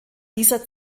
dieser